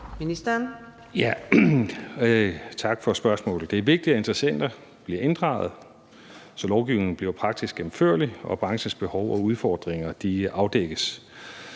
Aagaard): Tak for spørgsmålet. Det er vigtigt, at interessenter bliver inddraget, så lovgivningen bliver praktisk gennemførlig og branchens behov og udfordringer afdækkes.